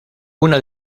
una